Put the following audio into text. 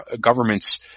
government's